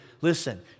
listen